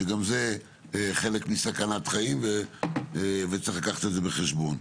שגם זה חלק מסכנת חיים וצריך לקחת את זה בחשבון.